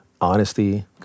honesty